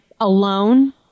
alone